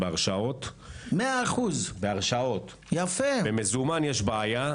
במזומן יש בעיה.